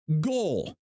goal